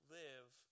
live